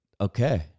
Okay